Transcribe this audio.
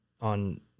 on